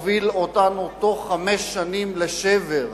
בתוך חמש שנים לשבר,